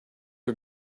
are